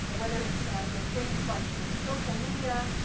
ah whether it's yeah things like you know the social media,